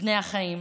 בין החיים,